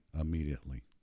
immediately